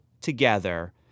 together